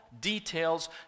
details